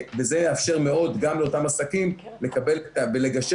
וזה יאפשר מאוד גם לאותם עסקים לקבל ולגשר